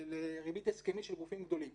לריבית הסכמית של גופים גדולים